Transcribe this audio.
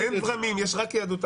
אין זרמים, יהדות יש רק